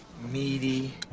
meaty